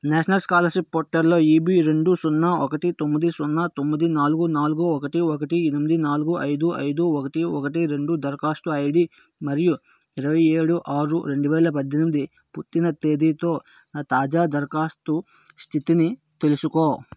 national scholarship పోర్టల్లో EB రెండు సున్నా ఒకటి తొమ్మిది సున్నా తొమ్మిది నాలుగు నాలుగు ఒకటి ఒకటి ఎనిమిది నాలుగు ఐదు ఐదు ఒకటి ఒకటి రెండు దరఖాస్తు ఐడి మరియు ఇరవై ఏడు ఆరు రెండువేల పద్దెనిమిది పుట్టిన తేదీతో నా తాజా దరఖాస్తు స్థితిని తెలుసుకో